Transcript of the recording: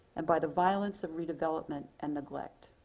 and by the violence of redevelopment and neglect.